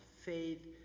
faith